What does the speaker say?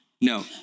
No